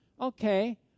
Okay